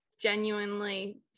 genuinely